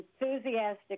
enthusiastic